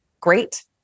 great